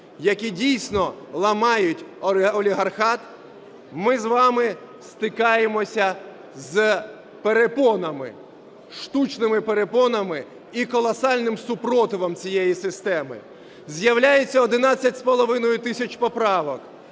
які дійсно ламають олігархат, ми з вами стикаємося з перепонами, штучними перепонами і колосальним супротивом цієї системи. З'являється 11,5 тисяч поправок